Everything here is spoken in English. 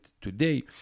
today